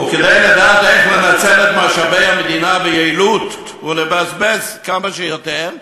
כדי לדעת איך לנצל את משאבי המדינה ביעילות ולבזבז כמה שיותר,